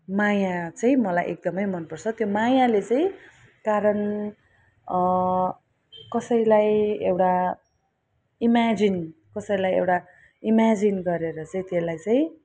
माया चाहिँ मलाई एकदमै मनपर्छ त्यो मायाले चाहिँ कारण कसैलाई एउटा इम्याजिन कसैलाई एउडा इम्याजिन गरेर चाहिँ त्यसलाई चाहिँ एउटा